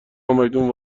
همکنون